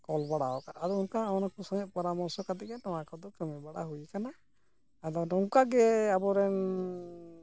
ᱠᱚᱞ ᱵᱟᱲᱟᱣ ᱟᱠᱟᱫᱼᱟ ᱟᱫᱚ ᱚᱱᱠᱟ ᱩᱱᱠᱩ ᱥᱚᱸᱜᱮ ᱯᱚᱨᱟᱢᱚᱨᱥᱚ ᱠᱟᱛᱮᱫ ᱜᱮ ᱱᱚᱣᱟ ᱠᱚᱫᱚ ᱠᱟᱹᱢᱤ ᱵᱟᱲᱟ ᱦᱩᱭ ᱟᱠᱟᱱᱟ ᱟᱫᱚ ᱱᱚᱝᱠᱟᱜᱮ ᱟᱵᱚᱨᱮᱱ